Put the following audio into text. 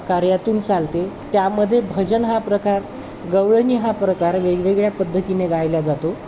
कार्यातून चालते त्यामध्ये भजन हा प्रकार गवळणी हा प्रकार वेगवेगळ्या पद्धतीने गायला जातो